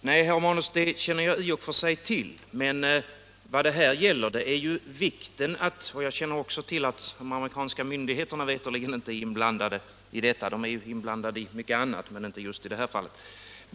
Herr talman! Nej, herr Romanus, det känner jag i och för sig till. Jag känner också till att de amerikanska myndigheterna veterligen inte var inblandade. De är ju inblandade i mycket annat men inte just i det här fallet.